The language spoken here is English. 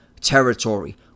territory